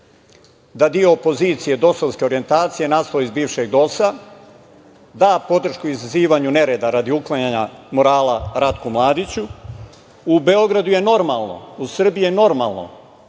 da deo opozicije dosovske orjentacije, nastao iz bivšeg DOS-a, da podršku izazivanju nereda radi uklanjanja murala Ratku Mladiću. U Beogradu je normalno, u Srbiji je normalno